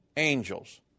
Angels